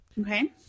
Okay